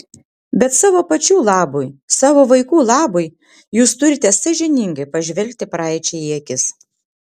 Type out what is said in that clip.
bet savo pačių labui savo vaikų labui jūs turite sąžiningai pažvelgti praeičiai į akis